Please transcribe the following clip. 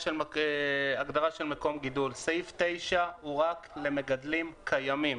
כל סעיף 9 - מקום הגידול מתייחס למגדלים קיימים.